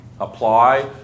apply